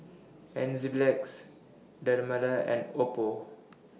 Enzyplex Dermale and Oppo